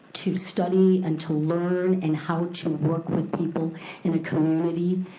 to study and to learn, and how to work with people in a community.